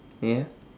ya